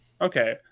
Okay